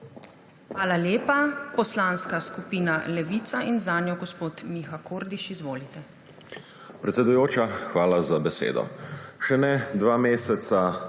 Hvala lepa. Poslanska skupina Levica in zanjo gospod Miha Kordiš. Izvolite.